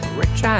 rich